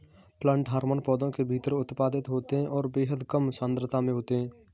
plant hormone पौधों के भीतर उत्पादित होते हैंऔर बेहद कम सांद्रता में होते हैं